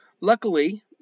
Luckily